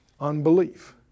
Unbelief